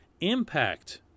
impact